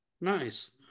Nice